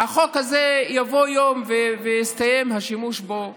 החוק הזה, יבוא יום ויסתיים השימוש בו,